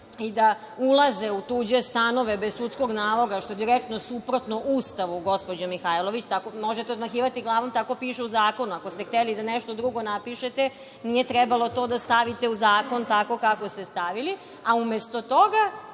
i da ulaze u tuđe stanove bez sudskog naloga, što je direktno suprotno Ustavu, gospođo Mihajlović. Možete odmahivati glavom, tako piše u zakonu. Ako ste hteli da nešto drugo napišete, nije trebalo to da stavite u zakon tako kako ste stavili. A umesto toga,